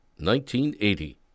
1980